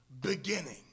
beginning